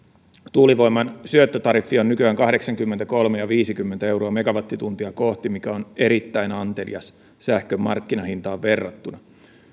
tuulivoiman syöttötariffi on nykyään kahdeksankymmentäkolme pilkku viisikymmentä euroa megawattituntia kohti mikä on erittäin antelias sähkön markkinahintaan verrattuna